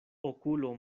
okulo